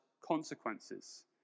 consequences